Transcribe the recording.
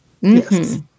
Yes